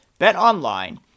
BetOnline